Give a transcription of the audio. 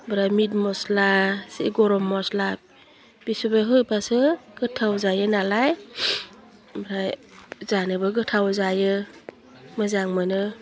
ओमफ्राय मिट मस्ला एसे गरम मस्ला बिसेबो होबासो गोथाव जायो नालाय ओमफ्राय जानोबो गोथाव जायो मोजां मोनो